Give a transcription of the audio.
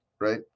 Right